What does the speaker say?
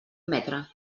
metre